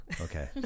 Okay